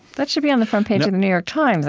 that should be on the front page of the new york times